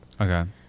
okay